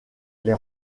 les